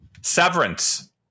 Severance